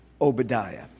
Obadiah